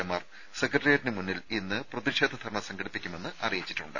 എമാർ സെക്രട്ടറിയേറ്റിന് മുന്നിൽ ഇന്ന് പ്രതിഷേധ ധർണ്ണ സംഘടിപ്പിക്കുമെന്ന് അറിയിച്ചിട്ടുണ്ട്